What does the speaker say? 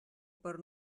per